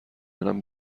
دونم